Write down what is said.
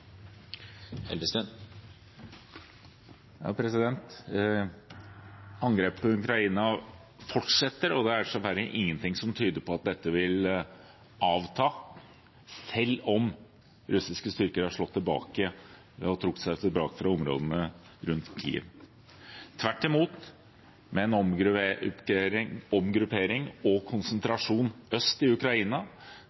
ingenting som tyder på at dette vil avta, selv om russiske styrker er slått tilbake og har trukket seg tilbake fra områdene rundt Kyiv. Tvert imot, med en omgruppering og